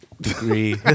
degree